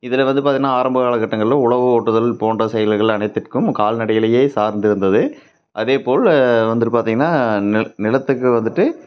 இதில் வந்து பார்த்திங்கன்னா ஆரம்ப காலகட்டங்களில் உழவு ஓட்டுதல் போன்ற செயல்கள் அனைத்துக்கும் கால்நடைகளையே சார்ந்து இருந்தது அதேப்போல் வந்துவிட்டு பார்த்திங்கன்னா நிலத்துக்கு வந்துவிட்டு